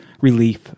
Relief